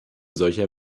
solcher